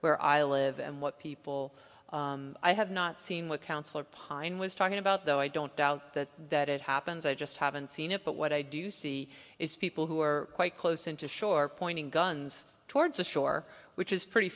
where i live and what people i have not seen with councillor pine was talking about though i don't doubt that that it happens i just haven't seen it but what i do see is people who are quite close into shore pointing guns towards the shore which is pretty